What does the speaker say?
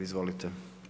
Izvolite.